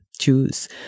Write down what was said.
choose